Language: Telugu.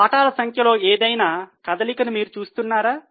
వాటాల సంఖ్యలో ఏదైనా కదలికను మీరు చూస్తున్నారా